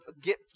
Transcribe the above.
get